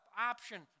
option